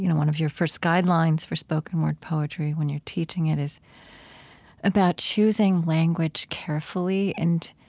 you know one of your first guidelines for spoken-word poetry when you're teaching it is about choosing language carefully. and